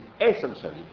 essentially